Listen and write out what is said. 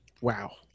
Wow